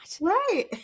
Right